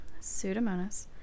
pseudomonas